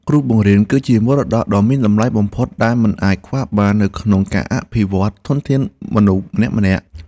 គ្រូបង្រៀនគឺជាមរតកដ៏មានតម្លៃបំផុតដែលមិនអាចខ្វះបាននៅក្នុងការអភិវឌ្ឍន៍ធនធានមនុស្សម្នាក់ៗ។